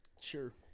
Sure